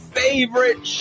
favorite